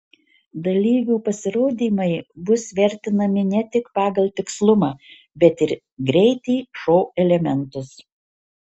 dalyvių pasirodymai bus vertinami ne tik pagal tikslumą bet ir greitį šou elementus